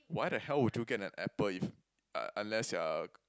why the hell would you get an Apple if uh unless you're a